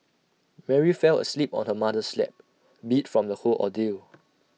Mary fell asleep on her mother's lap beat from the whole ordeal